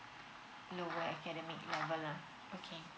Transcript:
lower academic number lah okay